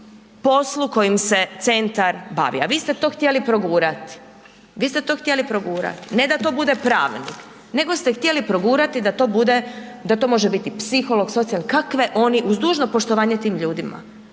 poslu kojim se centar bavi a vi ste to htjeli progurati, vi ste to htjeli progurat, ne da to bude pravnik nego ste htjeli progurat da to bude, da to može biti psiholog, socijalni, uz dužno poštovanje tim ljudima,